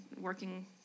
working